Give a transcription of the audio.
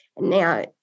Now